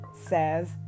says